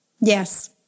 Yes